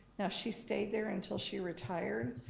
now she stayed there until she retired,